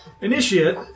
Initiate